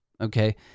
Okay